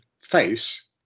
face